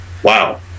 Wow